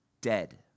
dead